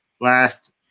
last